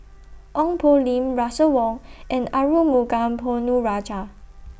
Ong Poh Lim Russel Wong and Arumugam Ponnu Rajah